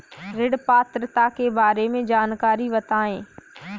ऋण पात्रता के बारे में जानकारी बताएँ?